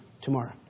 tomorrow